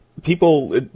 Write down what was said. People